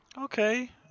Okay